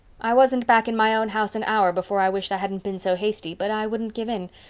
i wasn't back in my own house an hour before i wished i hadn't been so hasty but i wouldn't give in.